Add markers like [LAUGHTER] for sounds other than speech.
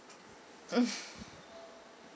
[LAUGHS]